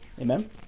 Amen